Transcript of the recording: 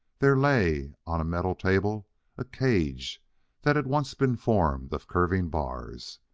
there lay on a metal table a cage that had once been formed of curving bars.